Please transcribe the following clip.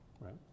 right